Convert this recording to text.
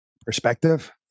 perspective